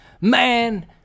man